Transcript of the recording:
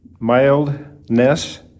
mildness